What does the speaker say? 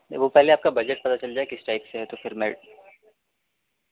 نہیں وہ پہلے آپ کا بجٹ پتا چل جائے کس ٹائپ سے تو پھر میں